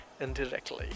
indirectly